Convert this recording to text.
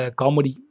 comedy